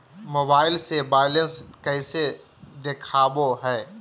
Mobile से balance कैसे देखाबो है?